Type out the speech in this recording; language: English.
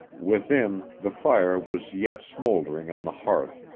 within, the fire was yet smouldering on the hearth,